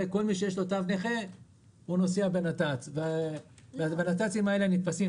את כל מי שיש לו תו נכה נוסע בנת"ץ והנת"צים האלה ייתפסו.